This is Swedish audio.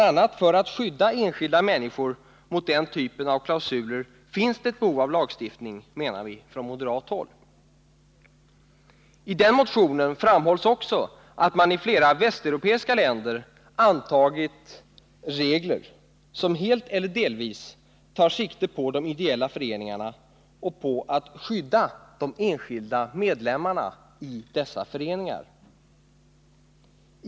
a. för att skydda enskilda människor mot den typen av klausuler finns det ett behov av lagstiftning, menar vi från moderat håll. I den motionen framhålls också att man i flera västeuropeiska länder har antagit regler som helt eller delvis tar sikte på de ideella föreningarna och på att skydda de enskilda medlemmarna i dessa föreningar.